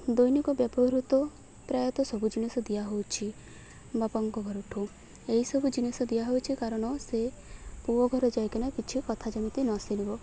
ଦୈନିକ ବ୍ୟବହୃତ ପ୍ରାୟତଃ ସବୁ ଜିନିଷ ଦିଆହେଉଛି ବାପାଙ୍କ ଘରଠୁ ଏଇସବୁ ଜିନିଷ ଦିଆହେଉଛିି କାରଣ ସେ ପୁଅ ଘର ଯାଇକିନା କିଛି କଥା ଯେମିତି ନଶୁଣିବ